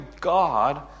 God